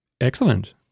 Excellent